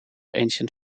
ancient